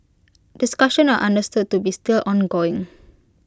discussion are understood to be still ongoing